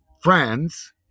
friends